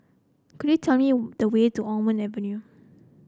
could you tell me the way to Almond Avenue